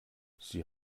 sie